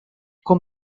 con